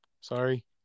Sorry